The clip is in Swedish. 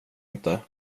inte